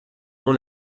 nom